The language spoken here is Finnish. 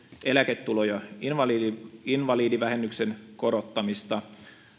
eläketulo ja invalidivähennyksen invalidivähennyksen korottamista